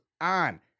on